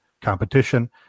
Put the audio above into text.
competition